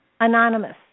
Anonymous